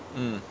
so